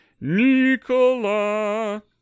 nicola